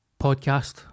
Podcast